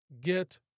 Get